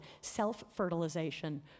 self-fertilization